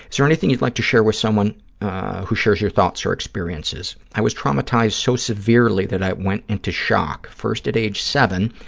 is there anything you'd like to share with someone who shares your thoughts or experiences? i was traumatized so severely that i went into shock, first at age seven,